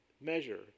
measure